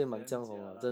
damn jialat